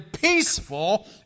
peaceful